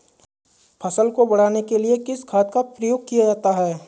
फसल को बढ़ाने के लिए किस खाद का प्रयोग किया जाता है?